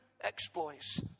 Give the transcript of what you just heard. exploits